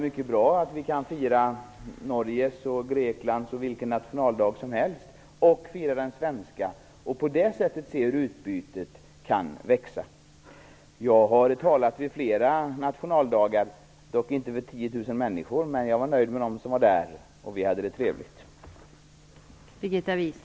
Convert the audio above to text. Då är det bra att vi kan fira Norges, Greklands och andra länders nationaldagar och också fira den svenska och att vi på det sättet kan se hur utbytet kan växa fram. Jag har talat vid flera nationaldagar - dock inte för 10 000 människor, men jag var nöjd med dem som var där, och vi hade det trevligt.